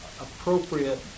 appropriate